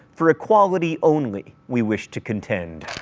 for equality only we wish to contend.